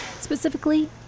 Specifically